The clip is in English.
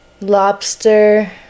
lobster